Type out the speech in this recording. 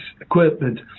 equipment